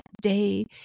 day